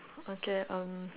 okay um